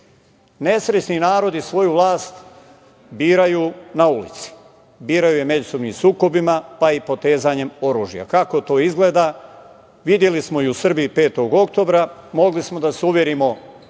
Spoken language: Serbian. Srbije. Nesrećni narod svoju vlast bira na ulici, bira je međusobni sukobima, pa i potezanjem oružja. Kako to izgleda videli smo i u Srbiji 5. oktobra. Mogli smo da se uverimo